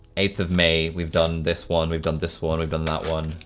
eighth of may we've done this one. we've done this one. we've done that one,